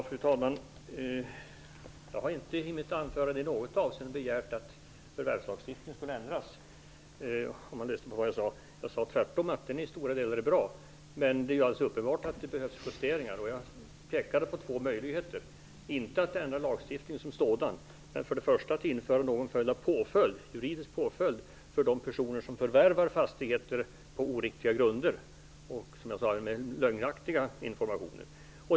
Fru talman! I mitt anförande har jag inte i något avseende begärt att förvärvslagstiftningen skulle ändras. Jag sade tvärtom att den i stora delar är bra. Men det är helt uppenbart att det behövs justeringar, och jag pekade på två möjligheter. Det gäller inte att ändra lagstiftningen som sådan. Man kan i stället införa någon typ av juridisk påföljd för de personer som förvärvar fastigheter på oriktiga grunder och med, som jag sade, lögnaktig information.